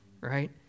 right